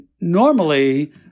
normally